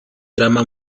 drama